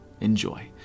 Enjoy